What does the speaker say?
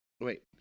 Wait